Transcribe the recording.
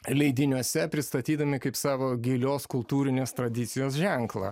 leidiniuose pristatydami kaip savo gilios kultūrinės tradicijos ženklą